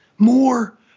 more